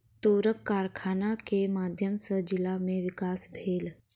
तूरक कारखाना के माध्यम सॅ जिला में विकास भेलै